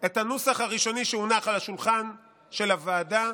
את הנוסח הראשוני שהונח על השולחן של הוועדה,